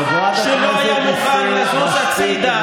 חבר הכנסת מיקי זוהר,